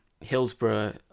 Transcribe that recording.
Hillsborough